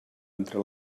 entre